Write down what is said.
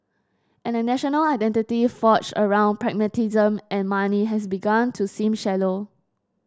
and a national identity forged around pragmatism and money has begun to seem shallow